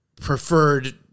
preferred